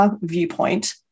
viewpoint